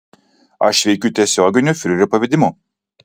aš veikiu tiesioginiu fiurerio pavedimu